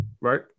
right